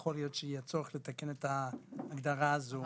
יכול להיות שיהיה צורך לתקן את ההגדרה הזו.